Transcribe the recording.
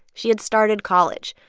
she had started college,